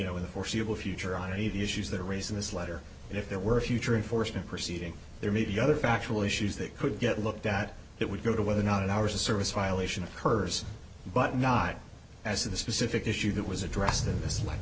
know in the foreseeable future on any of the issues that are raised in this letter and if there were future unfortunate proceeding there may be other factual issues that could get looked at that would go to whether or not our service violation occurs but not as to the specific issue that was addressed in this l